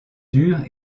durs